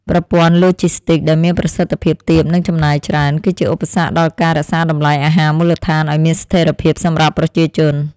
ប្រព័ន្ធឡូជីស្ទិកដែលមានប្រសិទ្ធភាពទាបនិងចំណាយច្រើន គឺជាឧបសគ្គដល់ការរក្សាតម្លៃអាហារមូលដ្ឋានឱ្យមានស្ថិរភាពសម្រាប់ប្រជាជន។